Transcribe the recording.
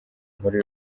nkuru